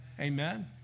Amen